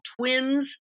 Twins